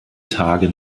tage